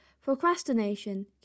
procrastination